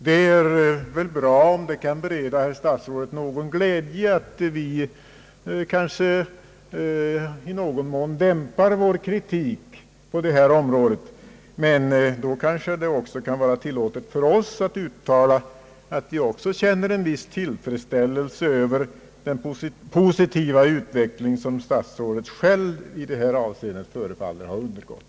Det är bra om det kan bereda herr statsrådet någon glädje att vi i någon mån dämpat vår kritik på detta område. Men då kanske det också kan vara tilllåtet för oss att uttala att även vi känner en viss tillfredsställelse över den positiva utveckling som herr statsrådet själv i detta avseende förefaller att ha undergått.